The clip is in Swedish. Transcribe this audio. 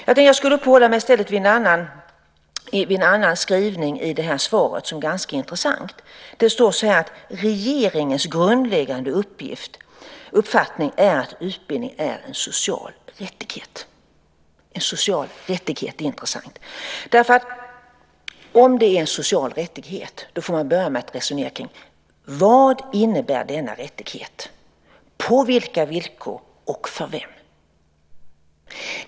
Jag tänkte att jag i stället skulle uppehålla mig vid en annan skrivning i det här svaret som är ganska intressant. Det står: "Regeringens grundläggande uppfattning är att utbildning bör betraktas som en social rättighet." Det är intressant. Om det är en social rättighet får man börja med att resonera kring: Vad innebär denna rättighet, på vilka villkor och för vem?